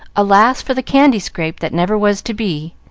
alas, for the candy-scrape that never was to be!